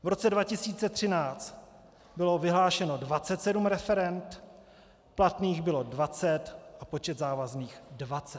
V roce 2013 bylo vyhlášeno 27 referend, platných bylo 20 a počet závazných 20.